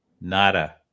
nada